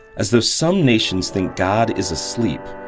as though some nations think god is asleep,